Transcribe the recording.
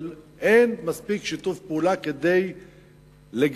אבל אין מספיק שיתוף פעולה כדי לגלות